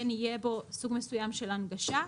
כן יהיה בו סוג מסוים של הנגשה,